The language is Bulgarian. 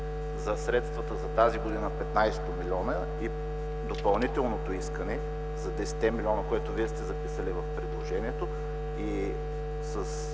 за средствата за тази година – 15 милиона, и допълнителното искане за 10-те милиона, което вие сте записали в предложението, и с